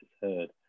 heard